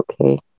Okay